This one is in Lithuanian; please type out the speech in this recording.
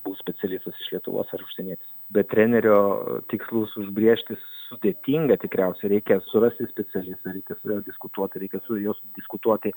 bus specialistus iš lietuvos ar užsienietis bet trenerio tikslus užbrėžti sudėtinga tikriausiai reikia surasti specialistą reikia su juo diskutuot reikia su juo diskutuoti